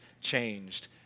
changed